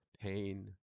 pain